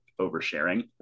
oversharing